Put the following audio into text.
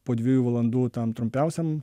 po dviejų valandų tam trumpiausiam